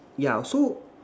yeah so